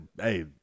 hey